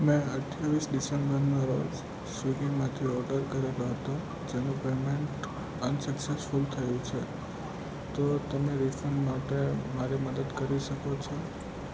મેં અઠ્યાવિસ ડિસેમ્બરના રોજ સ્વીગીમાંથી ઓડર કરેલો હતો જેનું પેમેન્ટ અનસક્સેસફૂલ થયું છે તો તેના રિફંડ માટે મારી મદદ કરી શકો છો